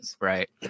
Right